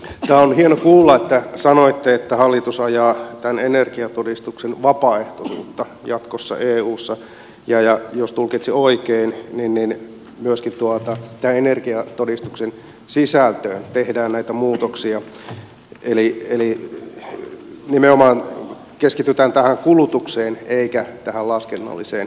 tämä oli hieno kuulla että sanoitte että hallitus ajaa tämän energiatodistuksen vapaaehtoisuutta jatkossa eussa ja jos tulkitsin oikein niin myöskin tämän energiatodistuksen sisältöön tehdään näitä muutoksia eli nimenomaan keskitytään tähän kulutukseen eikä tähän laskennalliseen perusteeseen